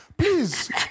Please